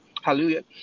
Hallelujah